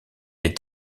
est